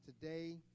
today